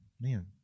Man